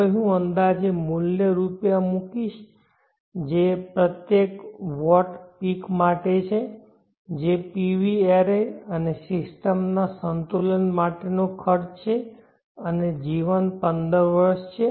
હવે હું અંદાજે મૂલ્ય રૂપિયા માંમૂકીશ જે પ્રત્યેક વોટ પીક માટે છે તે PV એરે અને સિસ્ટમના સંતુલન માટેનો ખર્ચ છે અને જીવન 15 વર્ષ છે